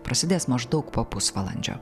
prasidės maždaug po pusvalandžio